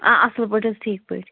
آ اَصٕل پٲٹھۍ حظ ٹھیٖک پٲٹھۍ